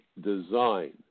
design